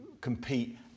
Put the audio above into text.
compete